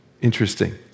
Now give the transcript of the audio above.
Interesting